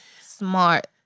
smart